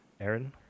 Aaron